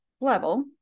level